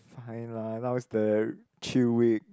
fine lah now's the chill week